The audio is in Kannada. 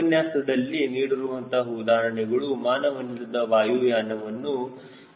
ಉಪನ್ಯಾಸದಲ್ಲಿ ನೀಡಿರುವಂತಹ ಉದಾಹರಣೆಗಳು ಮಾನವನಿಲ್ಲದ ವಾಯುಯಾನವನ್ನು ವಿನ್ಯಾಸ ಮಾಡಲು ಉಪಯೋಗಿಸಲಾಗುತ್ತದೆ